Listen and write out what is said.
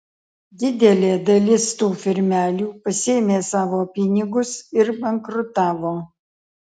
didelė dalis tų firmelių pasiėmė savo pinigus ir bankrutavo